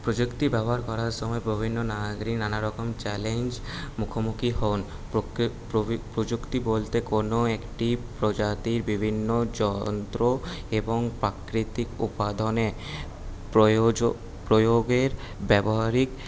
প্রযুক্তি ব্যবহার করার সময় বিভিন্ন নাগরিক নানারকম চ্যালেঞ্জ মুখোমুখি হন প্রযুক্তি বলতে কোনো একটি প্রজাতির বিভিন্ন যন্ত্র এবং প্রাকৃতিক উপাদানে প্রয়োগের ব্যবহারিক